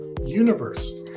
universe